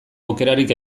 aukerarik